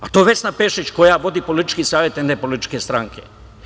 A to Vesna Pešić, koja vodi političke savete, ne političke stranke.